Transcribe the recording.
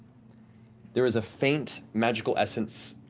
there is a faint magical essence